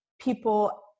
people